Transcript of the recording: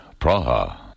Praha